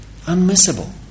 unmissable